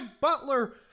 Butler